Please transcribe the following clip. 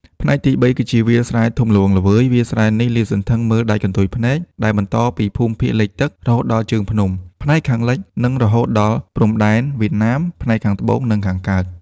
ផ្នែកទី៣ គឺជាវាលស្រែធំល្វឹងល្វើយ វាលស្រែនេះលាតសន្ធឹងមើលដាច់កន្ទុយភ្នែក ដែលបន្តពីភូមិភាគលិចទឹក រហូតដល់ជើងភ្នំ ផ្នែកខាងលិច និងរហូតដល់ព្រំដែនវៀតណាម ផ្នែកខាងត្បូង និងខាងកើត។